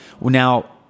Now